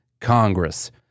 Congress